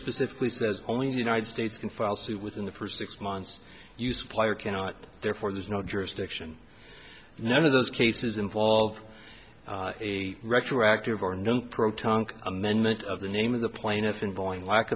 specifically says only the united states can file suit within the first six months you supply or cannot therefore there's no jurisdiction none of those cases involve a retroactive or no protonic amendment of the name of the plaintiff involving lack